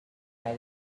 made